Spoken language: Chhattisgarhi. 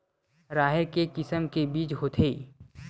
राहेर के किसम के बीज होथे?